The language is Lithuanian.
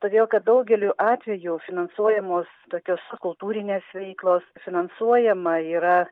todėl kad daugeliu atvejų finansuojamos tokios kultūrinės veiklos finansuojama yra